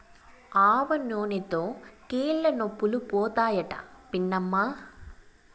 ఆవనూనెతో కీళ్లనొప్పులు పోతాయట పిన్నమ్మా